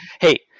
Hey